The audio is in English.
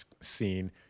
scene